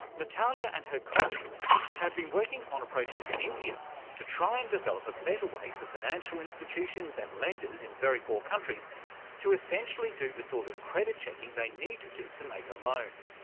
natalia and her colleagues have been working on a project in india to try and develop a better way for financial institutions and lenders in very poor countries to essentially do the sort of credit checking they need to do to make a loan.